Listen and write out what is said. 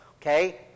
okay